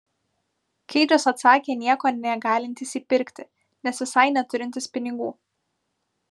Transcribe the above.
keidžas atsakė nieko negalintis įpirkti nes visai neturintis pinigų